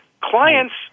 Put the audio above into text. clients